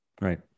Right